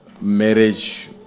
marriage